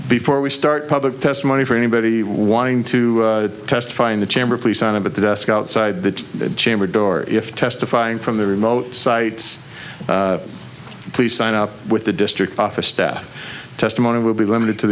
before we start public testimony for anybody wanting to testify in the chamber please sign of at the desk outside the chamber door if testifying from the remote sites please sign up with the district office staff testimony will be limited to